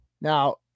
Now